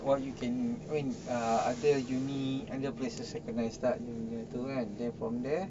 what you can when uh other uni other places kena start dia punya tu kan then from there